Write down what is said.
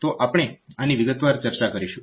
તો આપણે આની વિગતવાર ચર્ચા કરીશું